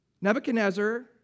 Nebuchadnezzar